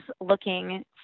looking